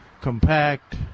compact